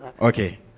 Okay